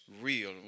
real